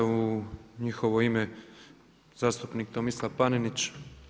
U njihovo ime zastupnik Tomislav Panenić.